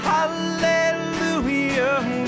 Hallelujah